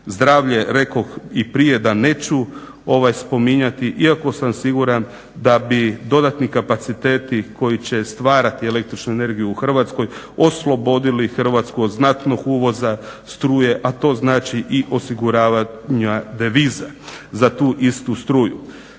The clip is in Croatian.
Zdravlje rekoh i prije da neću spominjati iako sam siguran da bi dodatni kapaciteti koji će stvarati električnu energiju u Hrvatskoj oslobodili Hrvatsku od znatnog uvoza struje, a to znači i osiguravanja deviza za tu istu struju.